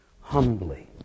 humbly